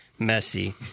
Messy